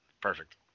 perfect